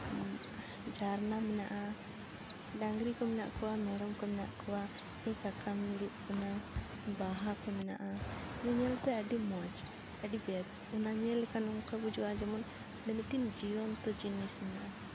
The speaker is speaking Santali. ᱡᱷᱟᱨᱱᱟ ᱢᱮᱱᱟᱜᱼᱟ ᱰᱟᱝᱨᱤ ᱠᱚ ᱢᱮᱱᱟᱜ ᱠᱚᱣᱟ ᱢᱮᱨᱚᱢ ᱠᱚ ᱢᱮᱱᱟᱜ ᱠᱚᱣᱟ ᱥᱟᱠᱟᱢ ᱧᱩᱨᱩᱜ ᱠᱟᱱᱟ ᱵᱟᱦᱟ ᱠᱚ ᱢᱮᱱᱟᱜᱼᱟ ᱚᱱᱟ ᱧᱮᱞᱛᱮ ᱟᱹᱰᱤ ᱢᱚᱡᱽ ᱟᱹᱰᱤ ᱵᱮᱥ ᱚᱱᱟ ᱧᱮᱞ ᱞᱮᱠᱷᱟᱱ ᱱᱚᱝᱠᱟ ᱵᱩᱡᱩᱜᱼᱟ ᱡᱮᱢᱚᱱ ᱚᱰᱮ ᱢᱤᱫᱴᱤᱱ ᱡᱤᱭᱚᱱᱛᱚ ᱡᱤᱱᱤᱥ ᱢᱮᱱᱟᱜᱼᱟ